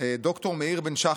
ד"ר מאיר בן שחר: